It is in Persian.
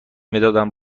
مدادم